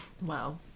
Wow